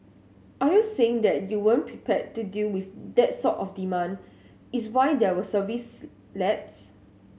are you saying that you weren't prepared to deal with that sort of demand is why there were service lapse